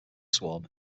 swarm